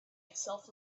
itself